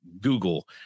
Google